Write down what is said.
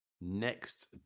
Next